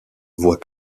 voit